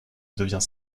devint